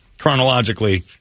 Chronologically